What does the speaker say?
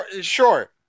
Sure